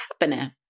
happening